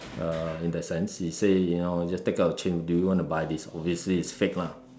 uh in that sense he say you know just take out a chain do you want to buy this obviously is fake lah